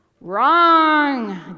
Wrong